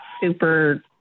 super